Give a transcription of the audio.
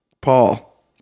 Paul